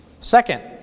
Second